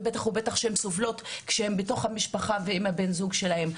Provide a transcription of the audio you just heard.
ובטח ובטח שהן סובלות כשהן בתוך המשפחה עם בן הזוג שלהן.